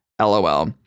LOL